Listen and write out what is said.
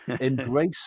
Embrace